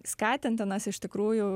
skatintinas iš tikrųjų